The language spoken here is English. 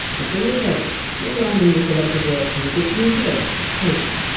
and for your trouble your randomly selected word from the dictionary today is!